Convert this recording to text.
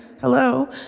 hello